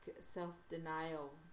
self-denial